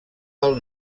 del